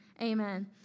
Amen